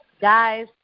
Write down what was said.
guys